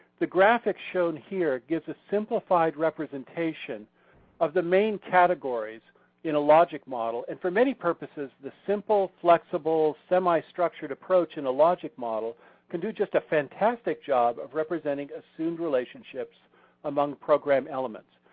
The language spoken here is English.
the graphics shown here gives a simplified representation of the main categories in a logic model and for many purposes the simple flexible semi-structured approach in a logic model can do just a fantastic job of representing assumed relationships among program elements.